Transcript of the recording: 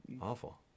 Awful